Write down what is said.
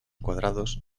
cuadrados